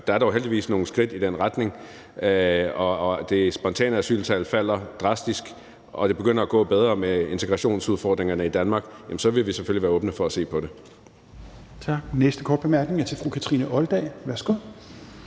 er der jo heldigvis taget nogle skridt i den retning, og det spontane asyltal falder drastisk og det begynder at gå bedre med integrationsudfordringerne i Danmark, så vil vi selvfølgelig være åbne for at se på det.